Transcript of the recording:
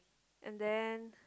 and then